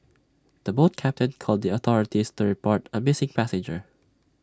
the boat captain called the authorities to report A missing passenger